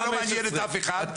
לא מעניינת אף אחד --- יש פה הוצאה.